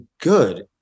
good